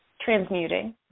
transmuting